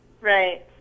right